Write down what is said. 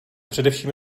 především